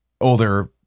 older